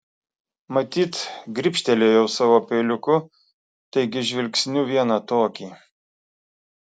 matyt gribštelėjau savo peiliuku taigi žvilgsniu vieną tokį